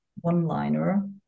one-liner